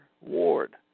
Ward